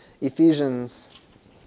Ephesians